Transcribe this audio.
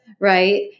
right